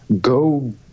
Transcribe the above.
go